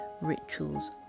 rituals